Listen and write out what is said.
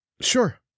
Sure